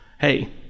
hey